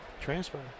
transfer